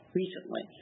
recently